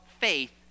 faith